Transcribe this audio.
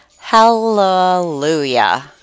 Hallelujah